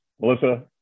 Melissa